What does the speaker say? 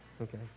Okay